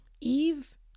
Eve